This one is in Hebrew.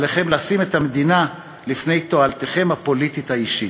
עליכם לשים את המדינה לפני תועלתכם הפוליטית האישית.